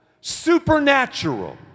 supernatural